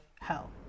hell